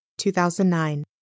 2009